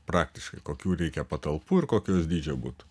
praktiškai kokių reikia patalpų ir kokio jos dydžio butų